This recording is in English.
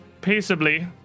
peaceably